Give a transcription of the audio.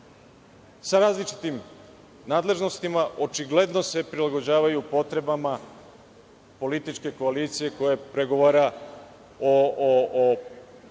sa različitim nadležnostima, očigledno se prilagođavaju potrebama političke koalicije koja pregovara o